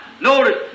notice